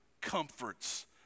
comforts